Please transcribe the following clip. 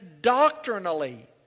doctrinally